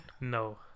No